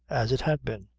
as it had been.